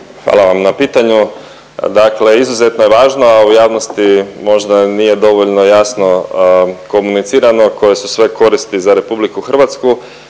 Hvala vam na pitanju. Dakle, izuzetno je važno, a u javnosti možda nije dovoljno jasno komunicirano koje su sve koristi za RH.